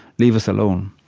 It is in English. leave us alone.